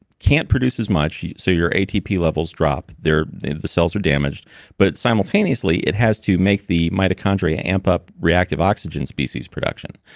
can't produce as much, so your atp levels drop, the the cells are damaged but simultaneously, it has to make the mitochondria amp up reactive oxygen species production.